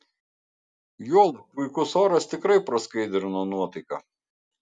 juolab puikus oras tikrai praskaidrino nuotaiką